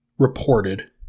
Reported